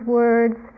words